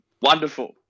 wonderful